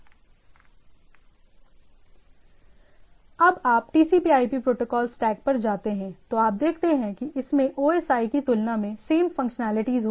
जब आप TCPIP protocol stack पर जाते हैं तो आप देखते हैं कि इसमें ओ एस आई की तुलना में सेम फंक्शनैलिटीज होती हैं